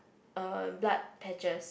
a blood patches